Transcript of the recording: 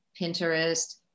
Pinterest